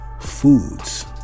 foods